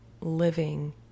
living